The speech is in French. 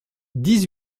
dix